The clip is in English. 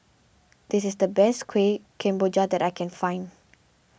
this is the best Kueh Kemboja that I can find